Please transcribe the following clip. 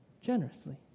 generously